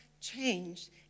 change